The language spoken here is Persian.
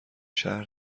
شهر